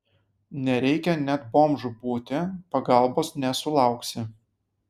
nereikia net bomžu būti pagalbos nesulauksi